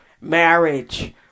marriage